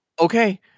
Okay